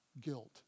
guilt